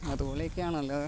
അതുപോലെയൊക്കെയാണല്ലാതെ